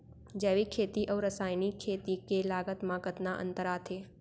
जैविक खेती अऊ रसायनिक खेती के लागत मा कतना अंतर आथे?